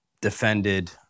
defended